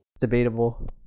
Debatable